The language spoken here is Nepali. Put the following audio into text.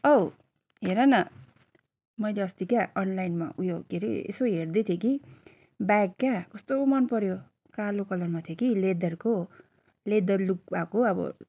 औ हेर न मैले अस्ति क्या अनलाइनमा उयो के रे यसो हेर्दै थिएँ कि ब्याग क्या कस्तो मनपऱ्यो कालो कलरमा थियो कि लेदरको लेदर लुक भएको अब